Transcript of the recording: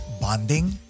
bonding